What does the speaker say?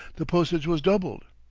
the postage was doubled.